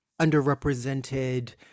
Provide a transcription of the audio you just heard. underrepresented